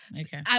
Okay